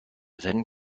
then